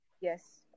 Yes